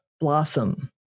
blossom